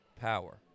power